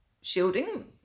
shielding